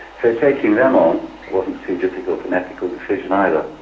so taking them on wasn't too difficult an ethical decision either.